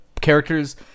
characters